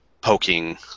poking